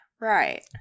right